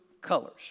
colors